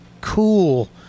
cool